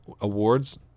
awards